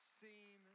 seem